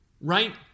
right